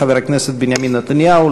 חבר הכנסת בנימין נתניהו,